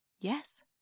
Yes